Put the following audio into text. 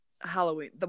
Halloween